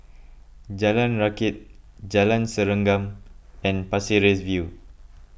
Jalan Rakit Jalan Serengam and Pasir Ris View